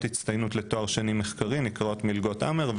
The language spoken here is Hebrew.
הצטיינות לתואר שני מחקרי שנקראות מלגות אמר,